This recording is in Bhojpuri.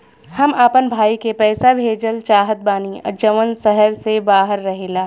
हम अपना भाई के पइसा भेजल चाहत बानी जउन शहर से बाहर रहेला